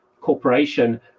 Corporation